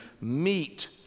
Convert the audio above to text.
meet